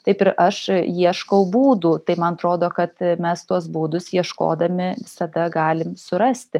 taip ir aš ieškau būdų tai man atrodo kad mes tuos būdus ieškodami visada galim surasti